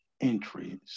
entries